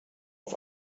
auf